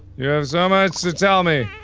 you have so much to tell me.